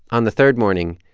on the third morning,